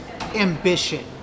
ambition